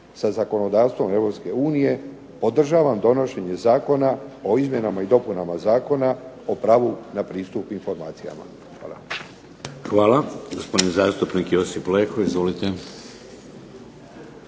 sa zakonodavstvom Europske unije podržavam donošenje Zakona o izmjenama i dopunama Zakona o pravu na pristup informacijama. Hvala. **Šeks, Vladimir (HDZ)** Hvala. Gospodin zastupnik Josip Leko. Izvolite.